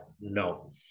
no